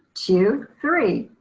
two, three.